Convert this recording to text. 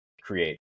create